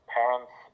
parents